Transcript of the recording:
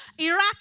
Iraq